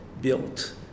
built